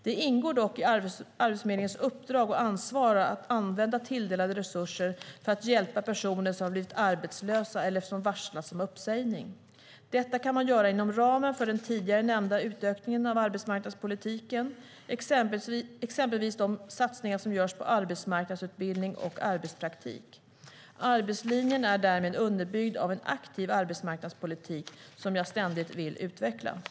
Det ingår dock i Arbetsförmedlingens uppdrag och ansvar att använda tilldelade resurser för att hjälpa personer som blivit arbetslösa eller varslats om uppsägning. Detta kan man göra inom ramen för den tidigare nämnda utökningen av arbetsmarknadspolitiken, exempelvis de satsningar som görs på arbetsmarknadsutbildning och arbetspraktik. Arbetslinjen är därmed underbyggd av en aktiv arbetsmarknadspolitik som jag ständigt vill utveckla.